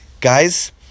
Guys